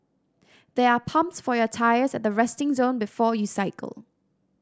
there are pumps for your tyres at the resting zone before you cycle